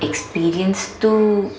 experience तु